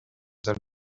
celle